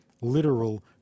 literal